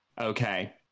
Okay